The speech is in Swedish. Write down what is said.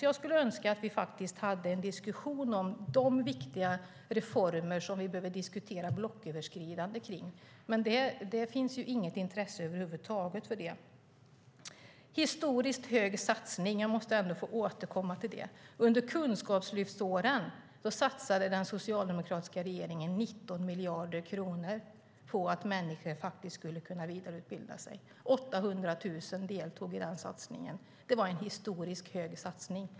Jag skulle önska att vi hade en blocköverskridande diskussion om de viktiga reformer som vi behöver diskutera. Men det finns inget intresse över huvud taget för det. Historiskt hög satsning talade statsrådet om; jag måste återkomma till det. Under kunskapslyftsåren satsade den socialdemokratiska regeringen 19 miljarder kronor på att människor skulle kunna vidareutbilda sig. 800 000 deltog i den satsningen. Det var en historiskt hög satsning.